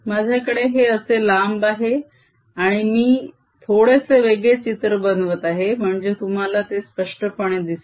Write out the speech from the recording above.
माझ्याकडे हे असे लांब आहे आणि मी थोडेसे वेगळे चित्र बनवत आहे म्हणजे तुम्हाला ते स्पष्टपणे दिसेल